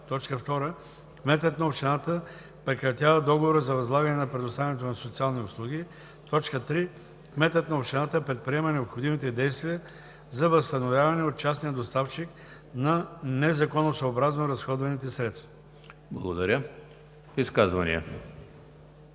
2. кметът на общината прекратява договора за възлагане на предоставянето на социални услуги; 3. кметът на общината предприема необходимите действия за възстановяване от частния доставчик на незаконосъобразно разходваните средства.“ ПРЕДСЕДАТЕЛ